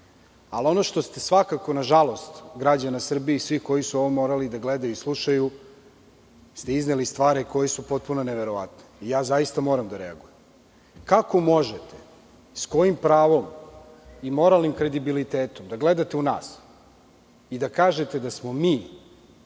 na ovaj zakon. Svakako ste, na žalost građana Srbije i svih koji su ovo morali da gledaju i slušaju, izneli stvari koje su potpuno neverovatne i zaista moram da reagujem. Kako možete, sa kojim pravom i moralnim kredibilitetom da gledate u nas i da kažete da smo mi